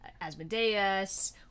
Asmodeus